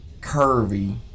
curvy